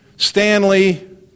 Stanley